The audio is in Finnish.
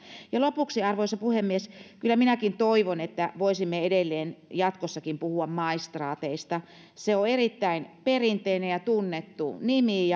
lopuksi arvoisa puhemies kyllä minäkin toivon että voisimme edelleen jatkossakin puhua maistraateista se on erittäin perinteinen ja tunnettu nimi